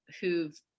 who've